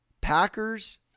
Packers